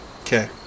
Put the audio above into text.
Okay